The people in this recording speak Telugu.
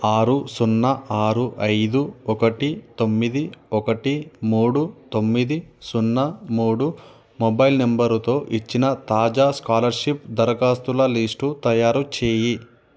ఆరు సున్నా ఆరు అయిదు ఒకటి తొమ్మిది ఒకటి మూడు తొమ్మిది సున్నా మూడు మొబైల్ నంబరుతో ఇచ్చిన తాజా స్కాలర్షిప్ దరఖాస్తుల లిస్టు తయారు చేయి